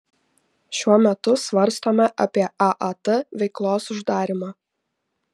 šiuo metu svarstome apie aat veiklos uždarymą